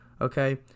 okay